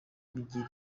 bibiri